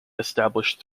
established